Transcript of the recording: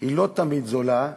היא לא תמיד זולה,